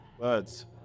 Birds